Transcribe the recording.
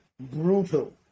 brutal